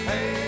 Hey